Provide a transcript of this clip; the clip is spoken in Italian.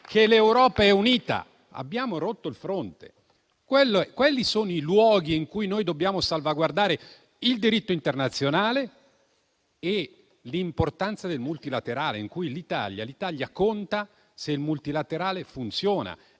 che l'Europa è unita. Abbiamo rotto il fronte. Quelli sono i luoghi in cui noi dobbiamo salvaguardare il diritto internazionale e l'importanza del multilateralismo: l'Italia conta se il multilaterale funziona.